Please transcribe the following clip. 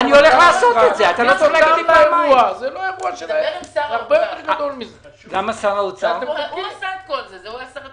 דבר עם שר האוצר - הוא עשה את כל זה.